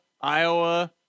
iowa